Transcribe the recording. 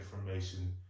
information